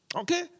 Okay